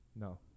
No